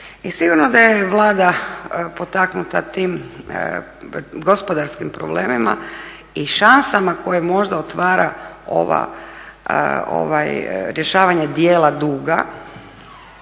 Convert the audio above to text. I sigurno da je Vlada potaknuta tim gospodarskim problemima i šansama koje možda otvara rješavanje dijela duga,